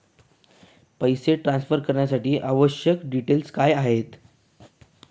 पैसे ट्रान्सफरसाठी आवश्यक डिटेल्स काय आहेत?